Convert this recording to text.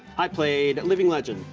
i played living legend.